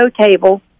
table